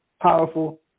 powerful